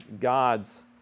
God's